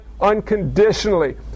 unconditionally